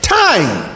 time